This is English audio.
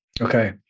Okay